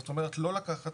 זאת אומרת, לא לקחת